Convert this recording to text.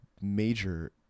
major